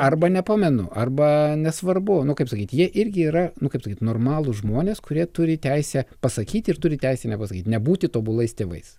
arba nepamenu arba nesvarbu kaip sakyt jie irgi yra nu kaip salyt normalūs žmonės kurie turi teisę pasakyti ir turi teisę nepasakyti nebūti tobulais tėvais